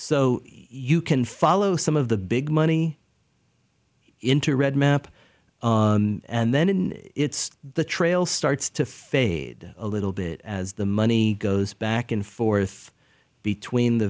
so you can follow some of the big money into red map and then it's the trail starts to fade a little bit as the money goes back and forth between the